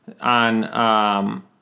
on